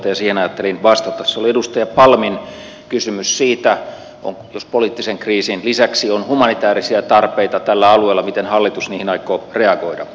se oli edustaja palmin kysymys siitä että jos poliittisen kriisin lisäksi on humanitäärisiä tarpeita tällä alueella niin miten hallitus niihin aikoo reagoida